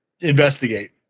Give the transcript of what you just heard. investigate